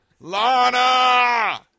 Lana